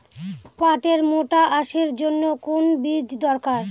পাটের মোটা আঁশের জন্য কোন বীজ দরকার?